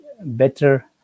better